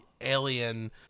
alien